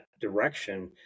direction